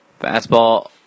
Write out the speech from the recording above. Fastball